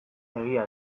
egia